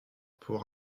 pour